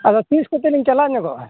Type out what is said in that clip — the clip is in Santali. ᱟᱫᱚ ᱛᱤᱥ ᱠᱚᱛᱮ ᱞᱤᱧ ᱪᱟᱞᱟᱣ ᱧᱚᱜᱚᱜᱼᱟ